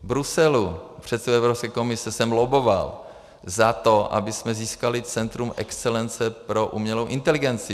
V Bruselu u předsedy Evropské komise jsem lobboval za to, abychom získali centrum excelence pro umělou inteligenci.